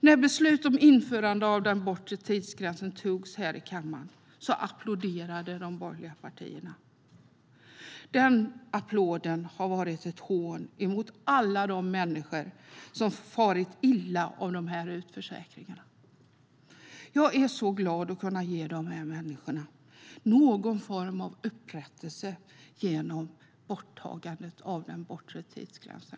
När beslutet om införandet av den bortre tidsgränsen togs här i kammaren applåderade de borgerliga partierna. Den applåden har varit ett hån mot alla de människor som farit illa av dessa utförsäkringar. Jag är så glad att kunna ge dessa människor någon form av upprättelse genom borttagandet av den bortre tidsgränsen.